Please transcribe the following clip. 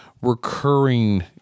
recurring